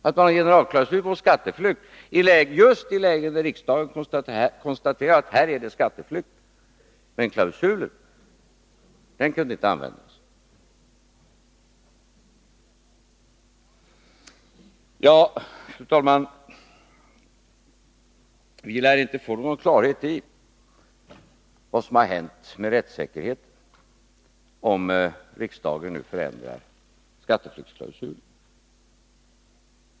Man har en generalklausul mot skatteflykt, och den kan inte användas just i ett läge då riksdagen konstaterat att det rör sig om skatteflykt! Fru talman! Vi lär inte få någon klarhet i vad som händer med rättssäkerheten om riksdagen nu förändrar skatteflyktsklausulen.